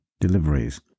deliveries